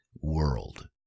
world